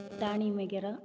தானியம் வைக்கிறோம்